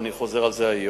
ואני חוזר על זה היום: